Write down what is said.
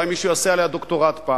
אולי מישהו יעשה עליה דוקטורט פעם.